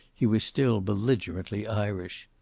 he was still belligerently irish.